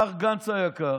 מר גנץ היקר,